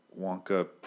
Wonka